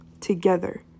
together